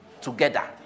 together